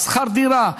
שכר דירה,